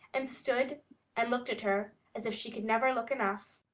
and stood and looked at her as if she could never look enough.